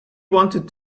wanted